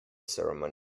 ceremony